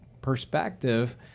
perspective